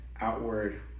outward